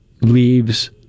leaves